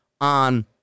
on